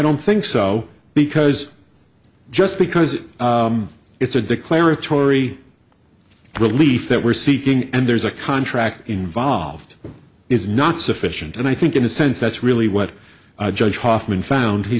don't think so because just because it's a declaratory relief that we're seeking and there's a contract involved is not sufficient and i think in a sense that's really what judge hoffman found he